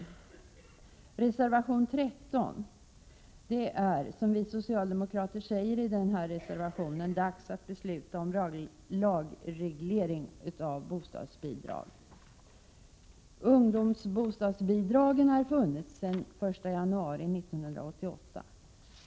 I reservation 13 säger vi socialdemokrater att det är dags att besluta om lagreglering av bostadsbidragen. Ungdomsbostadsbidragen har funnits sedan den 1 januari 1988.